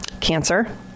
cancer